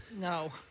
No